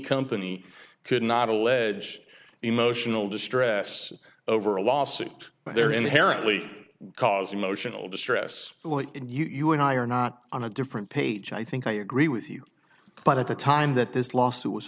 company could not allege emotional distress over a lawsuit but they're inherently cause emotional distress you and i are not on a different page i think i agree with you but at the time that this lawsuit was